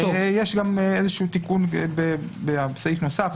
יש גם תיקון בסעיף נוסף.